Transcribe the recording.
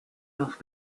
los